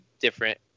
different